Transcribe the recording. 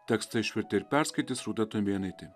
tekstą išvertė ir perskaitys rūta tumėnaitė